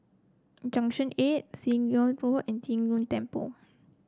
Junction Eight Seah Im Road and Tiong Ghee Temple